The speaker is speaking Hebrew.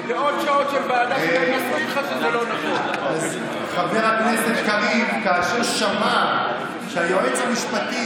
כאשר שמע חבר הכנסת קריב שהיועץ המשפטי